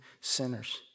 sinners